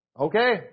okay